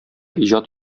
иҗат